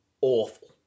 Awful